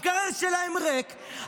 המקרר שלהם ריק,